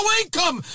income